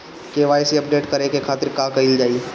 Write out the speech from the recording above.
KYC update करे के खातिर का कइल जाइ?